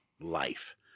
life